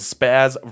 Spaz